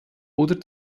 oder